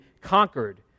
conquered